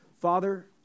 Father